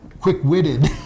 quick-witted